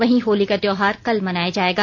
वहीं होली का त्योहार कल मनाया जायेगा